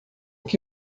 que